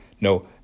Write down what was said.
no